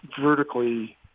vertically